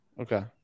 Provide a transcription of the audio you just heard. Okay